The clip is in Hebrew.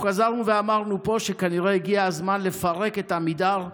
אנחנו חזרנו ואמרנו פה שכנראה הגיע הזמן לפרק את עמידר.